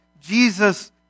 Jesus